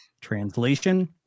translation